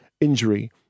injury